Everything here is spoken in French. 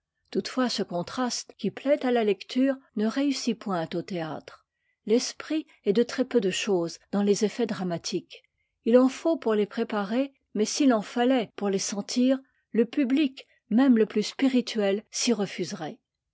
toutefois ce contraste qui ptaït à la lecture ne réussit point au théâtre l'esprit est de très-peu de chose dans les effets dramatiques il en faut pour les préparer mais s'il en fallait pour les sentir le public même le plus spirituel s'y refuserait